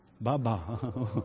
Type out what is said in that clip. Baba